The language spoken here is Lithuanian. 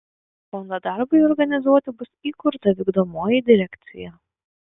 fondo darbui organizuoti bus įkurta vykdomoji direkcija